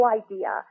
idea